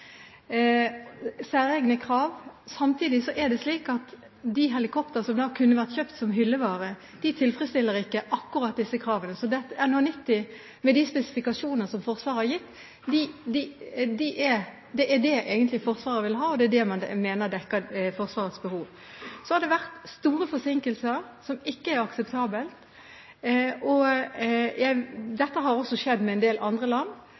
Samtidig er det slik at de helikoptrene som kunne vært kjøpt som hyllevare, ikke tilfredsstiller disse kravene akkurat. Så NH-90 med de spesifikasjoner som Forsvaret har gitt, er det Forsvaret egentlig vil ha, og er det man mener dekker Forsvarets behov. Så har det vært store forsinkelser, som ikke er akseptabelt. Dette har også skjedd med en del andre land.